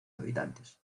habitantes